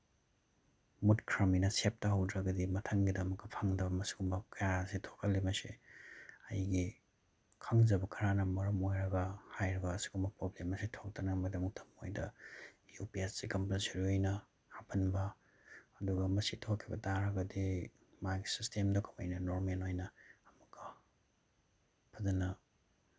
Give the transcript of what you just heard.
ꯃꯨꯠꯈ꯭ꯔꯕꯅꯤꯅ save ꯇꯧꯍꯧꯗ꯭ꯔꯒꯗꯤ ꯃꯊꯪꯒꯤꯗ ꯑꯃꯨꯛꯀ ꯐꯪꯗꯕ ꯃꯁꯤꯒꯨꯝꯕ ꯀꯌꯥ ꯑꯁꯤ ꯊꯣꯛꯍꯜꯂꯤ ꯃꯁꯤ ꯑꯩꯒꯤ ꯈꯪꯖꯕ ꯈꯔꯅ ꯃꯔꯝ ꯑꯣꯏꯔꯒ ꯍꯥꯏꯔꯤꯕ ꯑꯁꯤꯒꯨꯝꯕ ꯄ꯭ꯔꯣꯕ꯭ꯂꯦꯝ ꯑꯁꯤ ꯊꯣꯛꯇꯅꯕꯒꯤꯗꯃꯛꯇ ꯃꯣꯏꯗ ꯌꯨ ꯄꯤ ꯑꯦꯁꯁꯦ ꯀꯝꯄꯜꯁꯔꯤ ꯑꯣꯏꯅ ꯍꯥꯞꯍꯟꯕ ꯑꯗꯨꯒ ꯃꯁꯤ ꯊꯣꯛꯈꯤꯕ ꯇꯥꯔꯒꯗꯤ ꯃꯥꯒꯤ ꯁꯤꯁꯇꯦꯝꯗꯨ ꯀꯃꯥꯏꯅ ꯅꯣꯔꯃꯦꯜ ꯑꯣꯏꯅ ꯑꯃꯨꯛꯀ ꯑꯗꯨꯅ